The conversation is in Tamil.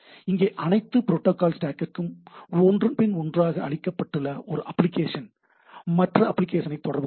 இங்கே அனைத்து ப்ரோட்டாகால் ஸ்டேக்கும் ஒன்றன்பின் ஒன்றாக அடுக்கப்பட்டுள்ளன ஒரு அப்ளிகேஷன் மற்ற அப்ளிகேஷனை தொடர்பு கொள்கிறது